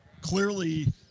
clearly